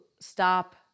stop